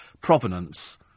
provenance